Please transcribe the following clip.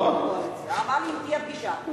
אם תהיה פגישה.